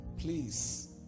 Please